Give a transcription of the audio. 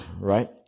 right